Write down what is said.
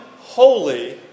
holy